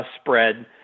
spread